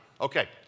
Okay